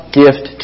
gift